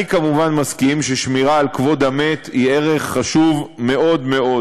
אני כמובן מסכים ששמירה על כבוד המת היא ערך חשוב מאוד מאוד,